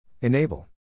Enable